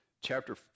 chapter